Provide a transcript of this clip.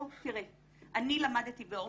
אני למדתי באורט.